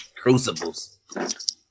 crucibles